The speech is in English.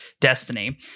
Destiny